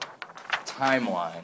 timeline